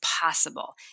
possible